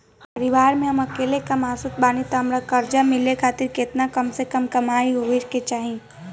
परिवार में हम अकेले कमासुत बानी त हमरा कर्जा मिले खातिर केतना कम से कम कमाई होए के चाही?